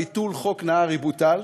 ביטול חוק נהרי בוטל,